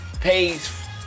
pays